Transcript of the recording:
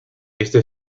este